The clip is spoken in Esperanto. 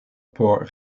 por